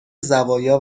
زوایا